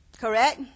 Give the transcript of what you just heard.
Correct